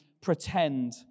pretend